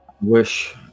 Wish